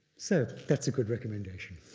so, that's a good recommendation.